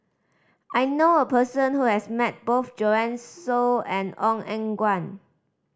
I know a person who has met both Joanne Soo and Ong Eng Guan